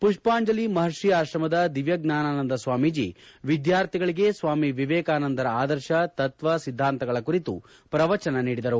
ಪುಷ್ಪಾಂಜಲಿ ಮಹರ್ಷಿ ಆಶ್ರಮದ ದಿವ್ಯಜ್ಞಾನಾಸಂದ ಸ್ವಾಮೀಟಿ ವಿದ್ಯಾರ್ಥಿಗಳಿಗೆ ಸ್ವಾಮಿ ವಿವೇಕಾನಂದರ ಆದರ್ಶ ತತ್ವ ಸಿದ್ಧಾಂತಗಳ ಕುರಿತು ಪ್ರವಚನ ನೀಡಿದರು